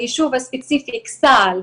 היישוב הספציפי אכסאל,